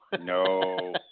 no